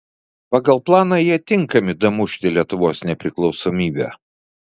pagal planą jie tinkami damušti lietuvos nepriklausomybę